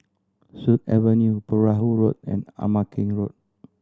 Sut Avenue Perahu Road and Ama Keng Road